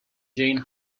jane